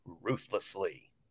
ruthlessly